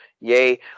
Yay